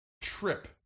trip